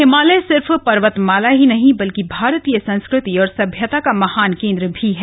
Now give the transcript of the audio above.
हिमालय सिर्फ पर्वत माला ही नहीं बल्कि भारतीय संस्कृति और सभ्यता का महान केन्द्र भी है